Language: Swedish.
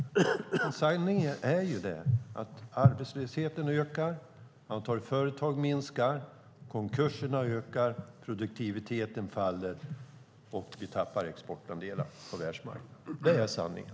Men sanningen är ju den att arbetslösheten ökar, antalet företag minskar, konkurserna ökar, produktiviteten faller och vi tappar exportandelar på världsmarknaden. Det är sanningen.